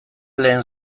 lehen